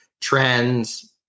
trends